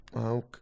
Okay